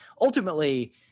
ultimately